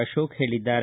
ಅಶೋಕ್ ಹೇಳಿದ್ದಾರೆ